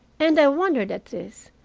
and i wondered at this,